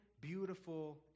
beautiful